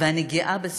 ואני גאה בזה.